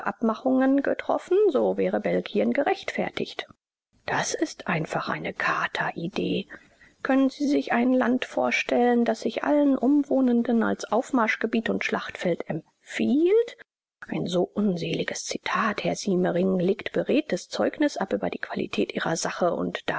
abmachungen getroffen so wäre belgien gerechtfertigt das ist einfach eine kateridee können sie sich ein land vorstellen das sich allen umwohnenden als aufmarschgebiet und schlachtfeld empfiehlt ein so unseliges zitat herr siemering legt beredtes zeugnis ab für die qualität ihrer sache und